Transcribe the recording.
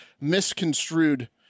misconstrued